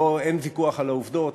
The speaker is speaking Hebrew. אין ויכוח על העובדות.